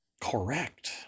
Correct